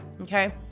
Okay